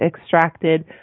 extracted